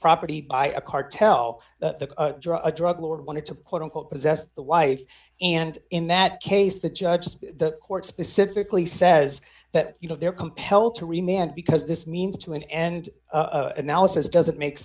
property by a cartel a drug lord wanted to quote unquote possessed the wife and in that case the judge the court specifically says that you know they're compelled to remain and because this means to an end analysis doesn't make